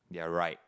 yeah right